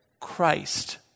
Christ